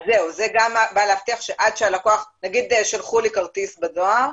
נגיד שלחו לי כרטיס בדואר,